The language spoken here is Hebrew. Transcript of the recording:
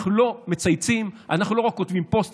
אנחנו לא מצייצים, אנחנו לא רק כותבים פוסטים.